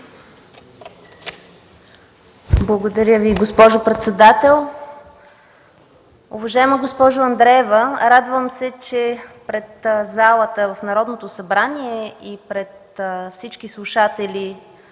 Благодаря Ви, госпожо председател. Уважаема госпожо Андреева, радвам се, че пред залата в Народното събрание и пред всички слушатели